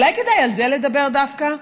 אולי כדאי על זה לדבר, דווקא?